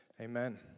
Amen